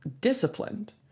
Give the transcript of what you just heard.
disciplined